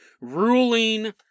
ruling